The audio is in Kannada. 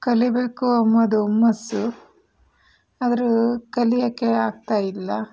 ಕಲಿಯಬೇಕು ಅನ್ನೋದು ಹುಮ್ಮಸ್ಸು ಆದರೂ ಕಲಿಯೋಕ್ಕೆ ಆಗ್ತಾ ಇಲ್ಲ